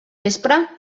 vespre